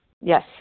yes